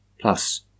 Plus